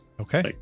Okay